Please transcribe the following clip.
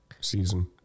season